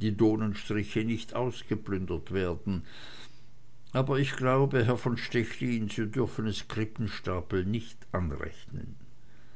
die dohnenstriche nicht ausgeplündert werden aber ich glaube herr von stechlin sie dürfen es krippenstapel nicht anrechnen